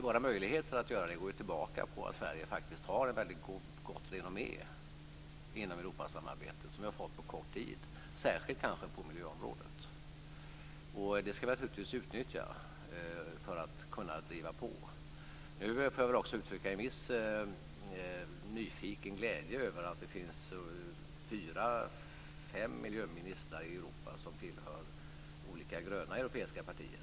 Våra möjligheter att göra det går tillbaka på att Sverige faktiskt har ett väldigt gott renommé inom Europasamarbetet, som vi har fått på kort tid - kanske särskilt på miljöområdet. Det skall vi naturligtvis utnyttja för att driva på. Jag får också uttrycka en viss nyfiken glädje över att det finns fyra fem miljöministrar i Europa som tillhör olika gröna europeiska partier.